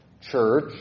church